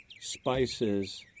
spices